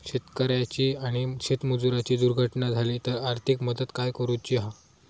शेतकऱ्याची आणि शेतमजुराची दुर्घटना झाली तर आर्थिक मदत काय करूची हा?